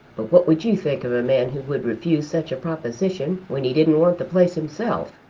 but what would you think of a man who would refuse such a proposition when he didn't want the place himself?